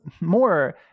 more